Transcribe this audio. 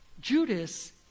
Judas